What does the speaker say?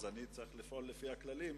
ולכן אני צריך לפעול לפי הכללים.